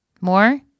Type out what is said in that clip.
More